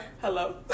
Hello